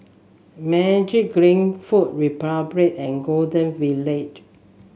Magiclean Food Republic and Golden Village